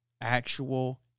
actual